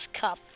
Cup